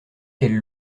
qu’elle